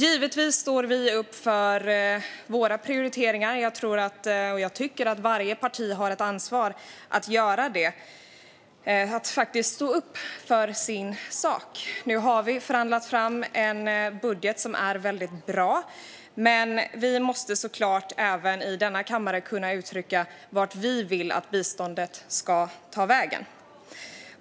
Givetvis står vi upp för våra prioriteringar. Jag tycker att varje parti har ett ansvar att faktiskt stå upp för sin sak. Nu har vi förhandlat fram en budget som är väldigt bra. Men vi måste såklart även i denna kammare kunna uttrycka vart vi vill att biståndet ska ta vägen.